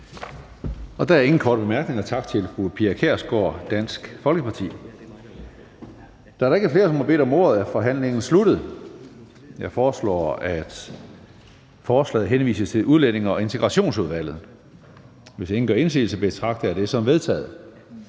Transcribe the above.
Der er ingen korte bemærkninger, så tak til fru Pia Kjærsgaard, Dansk Folkeparti. Da der ikke er flere, som har bedt om ordet, er forhandlingen sluttet. Jeg foreslår, at forslaget til folketingsbeslutning henvises til Udlændinge- og Integrationsudvalget. Hvis ingen gør indsigelse, betragter jeg det som vedtaget.